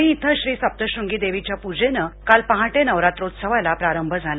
वणी अं श्री सप्तशृंगी देवीच्या पूजेनं काल पहाटे नवरात्रोत्सवाला प्रारभ झाला